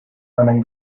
running